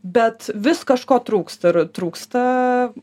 bet vis kažko trūksta ir trūksta